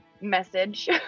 message